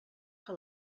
que